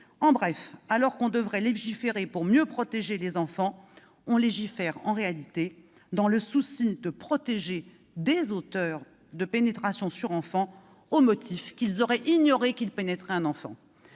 En bref, alors qu'on devrait légiférer pour mieux protéger les enfants, on légifère en réalité dans le souci de protéger des auteurs de pénétrations sur enfants ... C'est inadmissible !... au motif qu'ils auraient « ignoré » qu'ils pénétraient un enfant.